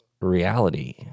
reality